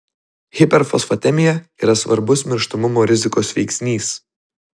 hiperfosfatemija yra svarbus mirštamumo rizikos veiksnys